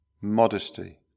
Modesty